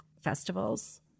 festivals